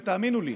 ותאמינו לי,